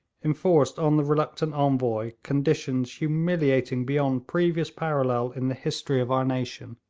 enforced on the reluctant envoy conditions humiliating beyond previous parallel in the history of our nation.